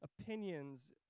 opinions